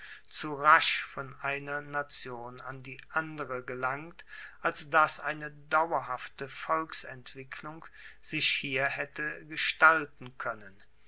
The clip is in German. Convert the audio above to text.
zu rasch von einer nation an die andere gelangt als dass eine dauerhafte volksentwicklung sich hier haette gestalten koennen